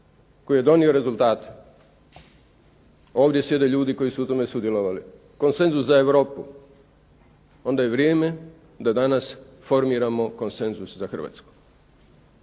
koji je donio rezultate, ovdje sjede ljudi koji su u tome sudjelovali, konsenzus za Europu, onda je vrijeme da danas formiramo konsenzus za Hrvatsku.